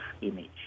image